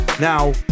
Now